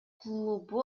клубу